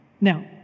Now